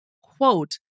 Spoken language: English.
quote